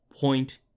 point